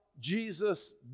Jesus